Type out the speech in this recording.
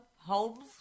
homes